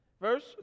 verse